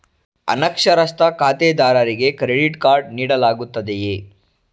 ಅನಕ್ಷರಸ್ಥ ಖಾತೆದಾರರಿಗೆ credit card ನೀಡಲಾಗುತ್ತದೆಯೇ?